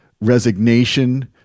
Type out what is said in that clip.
resignation